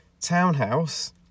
townhouse